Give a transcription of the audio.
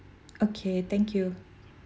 okay thank you